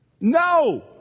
No